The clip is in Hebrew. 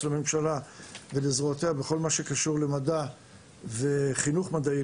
לממשלה ולזרועותיה בכל מה שקשור במדע וחינוך מדעי,